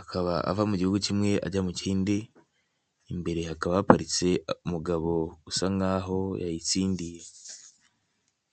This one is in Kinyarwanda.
akaba ava mu gihugu kimwe ajya mu kindi , imbere hakaba haparitse umugabo usa nk'aho yayitsindiye.